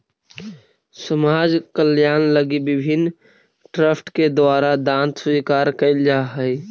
समाज कल्याण लगी विभिन्न ट्रस्ट के द्वारा दांत स्वीकार कैल जा हई